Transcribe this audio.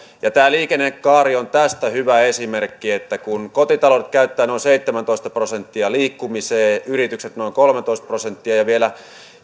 tämä liikennekaari on tästä hyvä esimerkki että kun kotitaloudet käyttävät noin seitsemäntoista prosenttia liikkumiseen yritykset noin kolmetoista prosenttia ja vielä